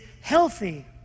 healthy